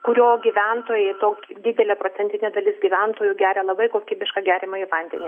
kurio gyventojai tok didelė procentinė dalis gyventojų geria labai kokybišką geriamąjį vandenį